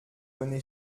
rené